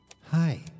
Hi